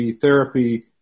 therapy